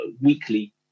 weekly